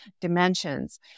dimensions